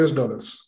dollars